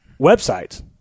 websites